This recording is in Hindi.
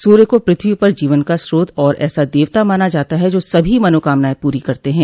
सूर्य को पृथ्वी पर जीवन का स्रोत और ऐसा देवता माना जाता है जो सभी मनोकामनाएं पूरी करते हैं